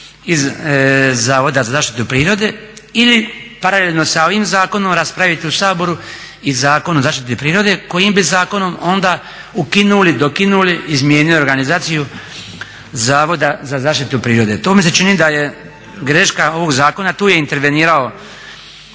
iz Zavoda za zaštitu prirode ili paralelno sa ovim zakonom raspraviti u Saboru i Zakon o zaštiti prirode kojim bi zakonom onda ukinuli, dokinuli, izmijenili organizaciju zavoda za zaštitu prirode. To mi se čini da je greška ovog zakona. Tu je intervenirao